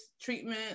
treatment